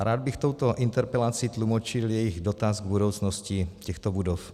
Rád bych touto interpelací tlumočil jejich dotaz k budoucnosti těchto budov.